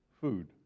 food